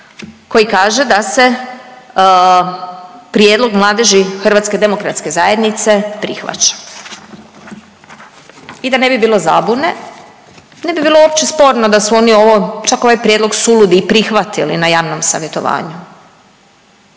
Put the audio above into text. koji kaže da se prijedlog Mladeži HDZ-a prihvaća. I da ne bi bilo zabune, ne bi bilo uopće sporno da su oni ovo, čak ovaj prijedlog suludi i prihvatili na javnom savjetovanju.